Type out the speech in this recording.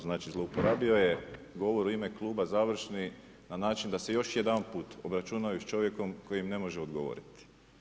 Znači zlouporabio je govor u ime kluba završni na način da se još jedanput obračuna s čovjekom kojem ne može odgovoriti.